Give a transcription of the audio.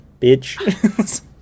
bitch